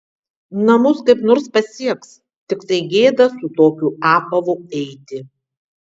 namus kaip nors pasieks tiktai gėda su tokiu apavu eiti